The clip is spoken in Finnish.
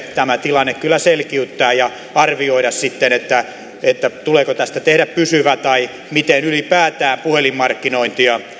tilanne kyllä selkiyttää ja arvioida tuleeko tästä tehdä pysyvä ja miten ylipäätään puhelinmarkkinointia